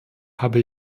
habe